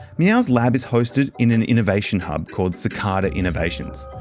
meow's lab is hosted in an innovation hub called cicada innovations.